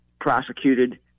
prosecuted